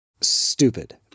stupid